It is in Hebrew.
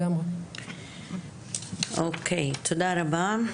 תודה רבה.